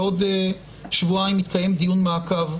בעוד שבועיים שלושה יתקיים דיון מעקב,